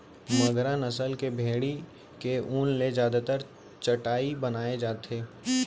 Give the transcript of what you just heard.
मगरा नसल के भेड़ी के ऊन ले जादातर चटाई बनाए जाथे